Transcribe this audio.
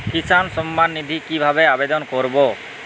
কিষান সম্মাননিধি কিভাবে আবেদন করব?